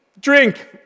drink